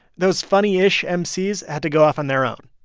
those funny-ish emcees had to go off on their own,